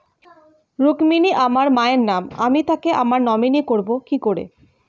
রুক্মিনী আমার মায়ের নাম আমি তাকে আমার নমিনি করবো কি করে?